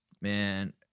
Man